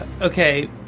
Okay